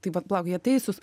tai vat palauk jie teisus